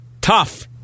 tough